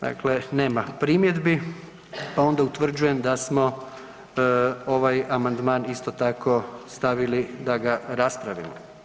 Dakle, nema primjedbi, pa onda utvrđujem da smo ovaj amandman isto tako, stavili da ga raspravimo.